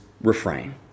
refrain